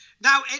Now